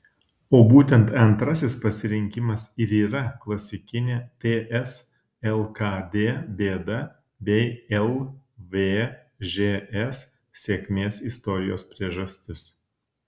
o būtent antrasis pasirinkimas ir yra klasikinė ts lkd bėda bei lvžs sėkmės istorijos priežastis